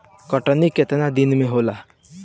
कटनी केतना दिन में होखे?